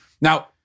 Now